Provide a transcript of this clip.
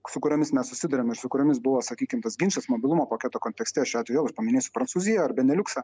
su kuriomis mes susiduriam ir su kuriomis buvo sakykim tas ginčas mobilumo paketo kontekste šiuo atveju vėl aš paminėsiu prancūziją ir beniliuksą